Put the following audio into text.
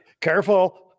careful